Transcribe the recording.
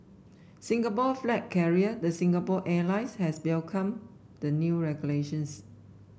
Singapore flag carrier the Singapore Airlines has welcomed the new regulations